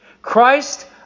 Christ